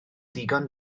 ddigon